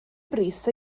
brys